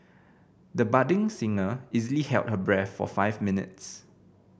the budding singer easily held her breath for five minutes